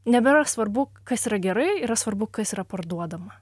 nebėra svarbu kas yra gerai yra svarbu kas yra parduodama